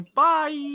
bye